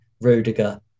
Rudiger